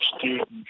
students